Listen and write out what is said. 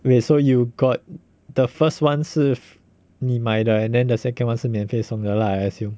wait so you got the first one 是你买的 and then the second one 是免费送的 lah I assume